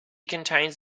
contains